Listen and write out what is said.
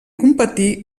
competí